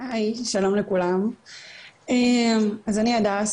שלום לכולם, אני הדס